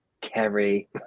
Kerry